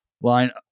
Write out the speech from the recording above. line